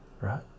right